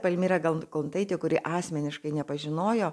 palmira galkontaite kuri asmeniškai nepažinojo